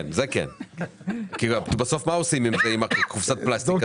כי בסוף מה עושים עם קופסת הפלסטיק הזאת?